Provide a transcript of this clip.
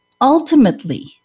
ultimately